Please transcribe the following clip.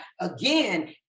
again